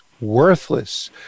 worthless